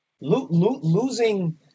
losing